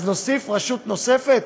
אז נוסיף רשות נוספת?